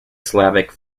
slavic